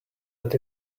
but